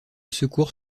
secours